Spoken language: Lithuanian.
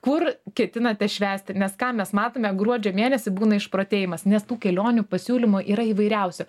kur ketinate švęsti nes ką mes matome gruodžio mėnesį būna išprotėjimas nes tų kelionių pasiūlymų yra įvairiausių